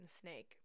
snake